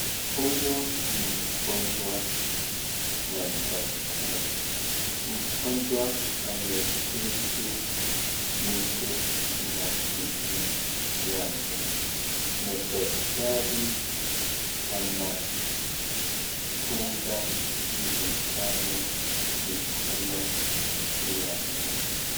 Huyu ni mgonjwa na daktari. Mgojwa ameketi nje na kiti ya wageni na daktari anadunga sindano mikono yake.